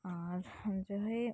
ᱟᱨ ᱡᱟᱦᱟᱸᱭᱮ